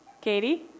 Katie